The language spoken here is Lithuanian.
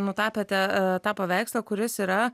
nutapėte tą paveikslą kuris yra